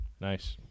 Nice